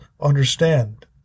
understand